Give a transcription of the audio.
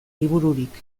libururik